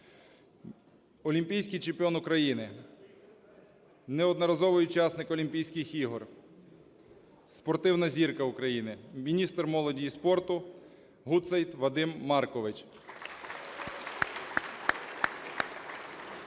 Олімпійський чемпіон України, неодноразовий учасник Олімпійських ігор, спортивна зірка України – міністр молоді і спорту – Гутцайт Вадим Маркович.